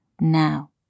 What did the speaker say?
now